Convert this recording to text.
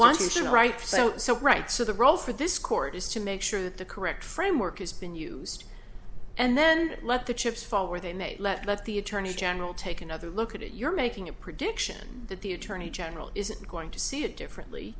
right so so right so the role for this court is to make sure that the correct framework has been used and then let the chips fall where they may let the attorney general take another look at it you're making a prediction that the attorney general isn't going to see it differently